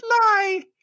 lie